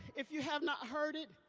if you have not heard it,